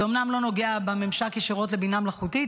זה אומנם לא נוגע בממשק ישירות לבינה מלאכותית,